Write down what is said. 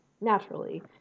naturally